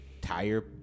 tire